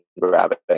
grabbing